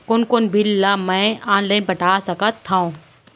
कोन कोन बिल ला मैं ऑनलाइन पटा सकत हव?